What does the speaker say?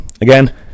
again